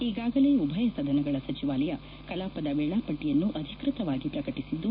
ಈಗಾಗಲೇ ಉಭಯ ಸದನಗಳ ಸಚಿವಾಲಯ ಕಲಾಪದ ವೇಳಾಪಟ್ಲಯನ್ನು ಅಧಿಕೃತವಾಗಿ ಪ್ರಕಟಿಸಿದ್ದು